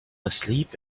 asleep